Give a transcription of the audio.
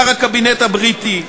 שר הקבינט הבריטי,